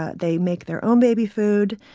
ah they make their own baby food.